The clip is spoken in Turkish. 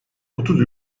otuz